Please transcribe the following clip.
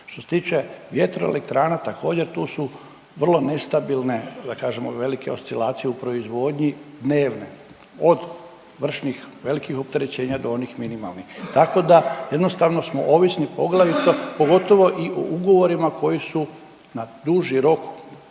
Što se tiče vjetroelektrana također tu su vrlo nestabilne da kažemo velike oscilacije u proizvodnji dnevne od vršnih velikih opterećenja do onih minimalnih, tako da jednostavno smo ovisni poglavito, pogotovo i o ugovorima koji su na duži rok